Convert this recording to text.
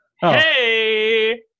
Hey